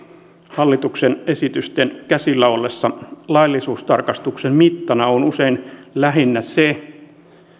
hallituksen esitysten käsillä ollessa laillisuustarkastuksen mittana on usein lähinnä se